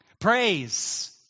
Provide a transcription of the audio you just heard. praise